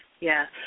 yes